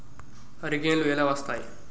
హరికేన్లు ఎలా వస్తాయి?